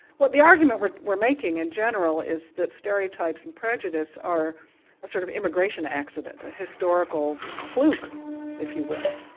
but the argument we're we're making in general is that stereotypes and prejudice are a sort of immigration accident, a historical fluke if you will.